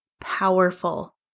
powerful